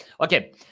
Okay